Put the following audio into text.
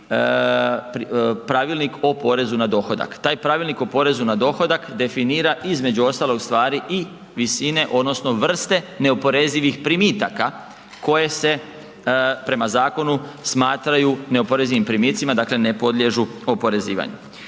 Pravilnik o porezu na dohodak. Taj Pravilnik o porezu na dohodak definira između ostalog stvari i visine odnosno vrste neoporezivih primitaka koje se prema zakonu smatraju neoporezivim primicima, dakle ne podliježu oporezivanju.